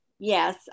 Yes